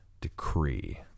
decree